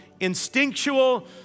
instinctual